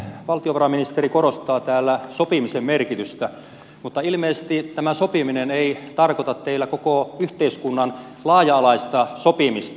valtiovarainministeri korostaa täällä sopimisen merkitystä mutta ilmeisesti tämä sopiminen ei tarkoita teillä koko yhteiskunnan laaja alaista sopimista